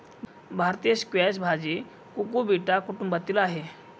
भारतीय स्क्वॅश भाजी कुकुबिटा कुटुंबातील आहे